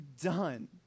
done